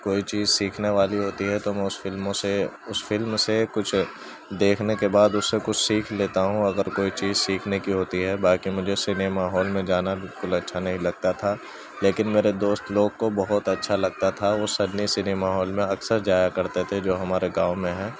کوئی چیز سیکھنا والی ہوتی ہے تو میں اس فلموں سے اس فلم سے کچھ دیکھنے کے بعد اس سے کچھ سیکھ لیتا ہوں اگر کوئی چیز سیکھنے کی ہوتی ہے باقی مجھے سنیما ہال میں جانا بالکل اچھا نہیں لگتا تھا لیکن میرے دوست لوگ کو بہت اچھا لگتا تھا وہ سنی سنیما ہال میں اکثر جایا کرتے تھے جو ہمارے گاؤں میں ہے